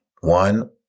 One